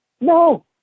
No